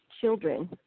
children